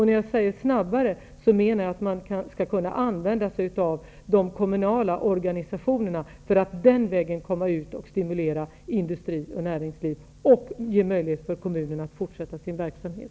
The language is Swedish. När jag säger snabbare menar jag att man skall kunna använda sig av de kommunala organisationerna för att komma ut och stimulera industri och näringsliv och ge möjlighet för kommunerna att fortsätta sin verksamhet.